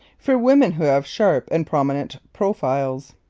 for women who have sharp and prominent profiles.